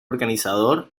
organizador